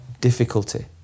difficulty